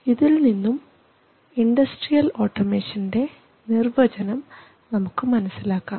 ഇതിൽ നിന്നും ഇൻഡസ്ട്രിയൽ ഓട്ടോമേഷൻറെ നിർവചനം നമുക്ക് മനസ്സിലാക്കാം